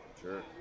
Sure